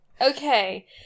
Okay